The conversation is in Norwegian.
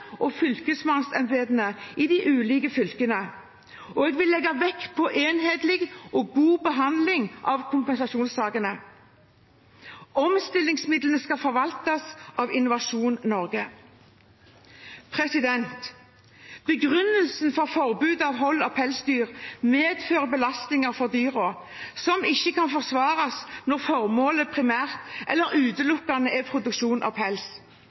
og fylkesmannsembetene i de ulike fylkene, og jeg vil legge vekt på en enhetlig og god behandling av kompensasjonssakene. Omstillingsmidlene skal forvaltes av Innovasjon Norge. Begrunnelsen for forbudet er at hold av pelsdyr medfører belastninger for dyrene som ikke kan forsvares når formålet primært eller utelukkende er produksjon av pels.